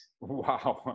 Wow